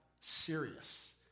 serious